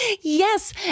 yes